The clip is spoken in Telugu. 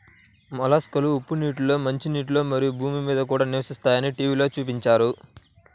మొలస్క్లు ఉప్పు నీటిలో, మంచినీటిలో, మరియు భూమి మీద కూడా నివసిస్తాయని టీవిలో చూపించారు